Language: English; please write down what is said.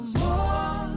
more